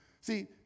See